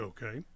Okay